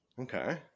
okay